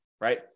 right